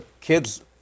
Kids